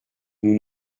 nous